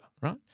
right